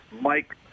Mike